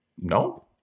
No